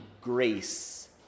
grace